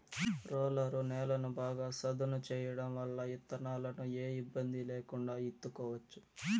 roller నేలను బాగా సదును చేయడం వల్ల ఇత్తనాలను ఏ ఇబ్బంది లేకుండా ఇత్తుకోవచ్చు